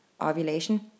ovulation